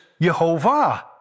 Yehovah